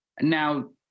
Now